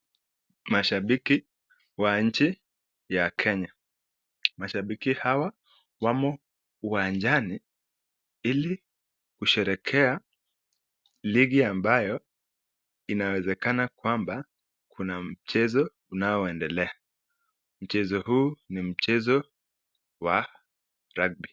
Mashabiki wa nchi ya Kenya. Mashabiki hawa wamo uwanjani ili kusherehekea ligi ambayo inawezekana kwamba kuna mchezo unaoendelea. Mchezo huu ni mchezo wa rugby .